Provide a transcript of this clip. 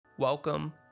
Welcome